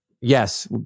Yes